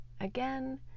again